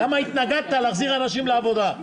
למה התנגדת להחזיר אנשים לעבודה.